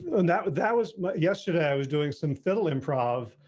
and that was that was yesterday, i was doing some fiddle improv.